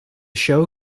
show